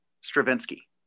Stravinsky